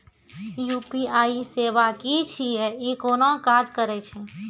UPI सेवा की छियै? ई कूना काज करै छै?